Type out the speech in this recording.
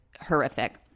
horrific